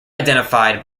identified